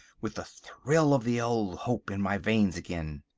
with a thrill of the old hope in my veins again.